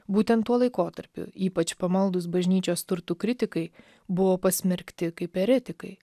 būtent tuo laikotarpiu ypač pamaldūs bažnyčios turtų kritikai buvo pasmerkti kaip eretikai